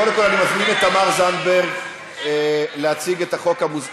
קודם כול אני מזמין את תמר זנדברג להציג את החוק המוצמד,